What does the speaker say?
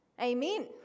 Amen